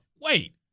Wait